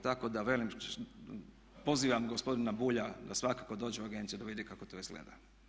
Tako da velim, pozivam gospodina Bulja da svakako dođe u agenciju i da vidi kako to izgleda.